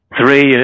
Three